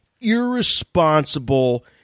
irresponsible